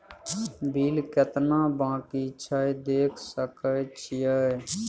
Bill केतना बाँकी छै देख सके छियै?